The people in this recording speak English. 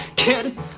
Kid